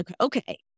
okay